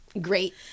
great